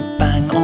bang